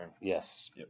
Yes